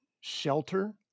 shelter